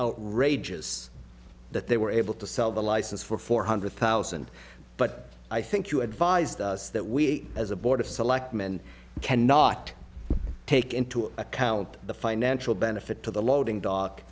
outrageous that they were able to sell the license for four hundred thousand but i think you advised us that we as a board of selectmen cannot take into account the financial benefit to the loading do